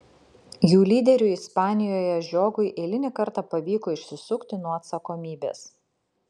jų lyderiui ispanijoje žiogui eilinį kartą pavyko išsisukti nuo atsakomybės